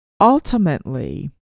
ultimately